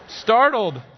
Startled